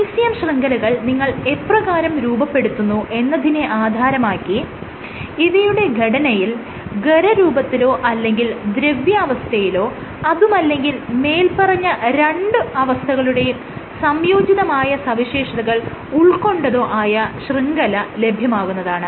ECM ശൃംഖലകൾ നിങ്ങൾ എപ്രകാരം രൂപപ്പെടുത്തുന്നു എന്നതിനെ ആധാരമാക്കി ഇവയുടെ ഘടനയിൽ ഖരരൂപത്തിലോ അല്ലെങ്കിൽ ദ്രവ്യാവസ്ഥയിലോ അതുമല്ലെങ്കിൽ മേല്പറഞ്ഞ രണ്ട് അവസ്ഥകളുടെയും സംയോജിതമായ സവിശേഷതകൾ ഉൾക്കൊണ്ടതോ ആയ ശൃംഖല ലഭ്യമാകുന്നതാണ്